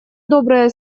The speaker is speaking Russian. добрые